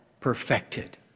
perfected